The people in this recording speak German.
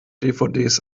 dvds